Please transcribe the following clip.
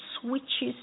switches